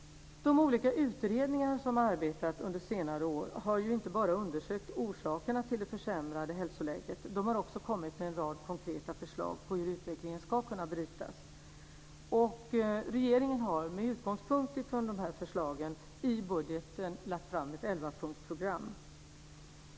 De olika utredningarna som har arbetat under senare år har inte bara undersökt orsakerna till det försämrade hälsoläget. De har också kommit med en rad konkreta förslag till hur utvecklingen ska kunna brytas. Regeringen har med utgångspunkt i dessa förslag i budgeten lagt fram ett elvapunktsprogram.